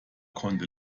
konnte